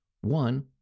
One